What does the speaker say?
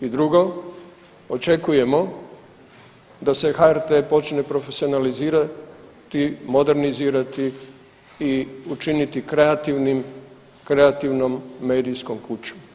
I drugo, očekujemo da se HRT počne profesionalizirati, modernizirati i učiniti kreativnom medijskom kućom.